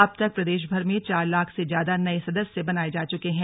अब तक प्रदेशभर में चार लाख से ज्यादा नए सदस्य बनाए जा चुके हैं